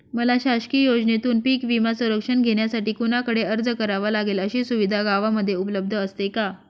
मला शासकीय योजनेतून पीक विमा संरक्षण घेण्यासाठी कुणाकडे अर्ज करावा लागेल? अशी सुविधा गावामध्ये उपलब्ध असते का?